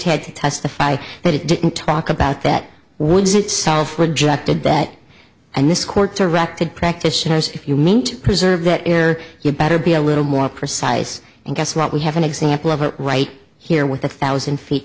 had to testify that it didn't talk about that woods itself rejected that and this court directed practitioners if you mean to preserve that year you'd better be a little more precise and guess what we have an example of it right here with a thousand feet